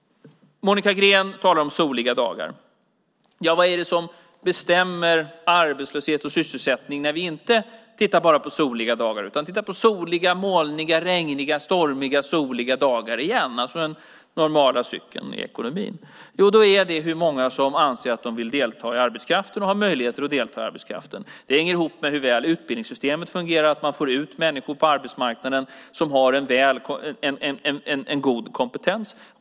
Monica Green talar om soliga dagar. Vad är det som bestämmer arbetslöshet och sysselsättning när vi inte tittar på bara soliga dagar utan tittar på soliga, molniga, regniga, stormiga och igen soliga dagar, alltså den normala cykeln i ekonomin? Jo, det är hur många som anser att de vill delta i arbetskraften och har möjligheter att delta i arbetskraften. Det hänger ihop med hur väl utbildningssystemet fungerar och hur man får ut människor på arbetsmarknaden som har en god kompetens.